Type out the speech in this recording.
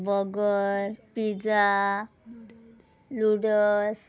burger pizza noodles